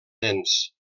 nens